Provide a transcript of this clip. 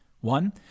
One